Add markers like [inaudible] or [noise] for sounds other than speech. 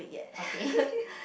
okay [laughs]